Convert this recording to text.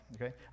okay